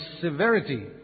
severity